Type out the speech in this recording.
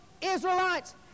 Israelites